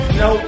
no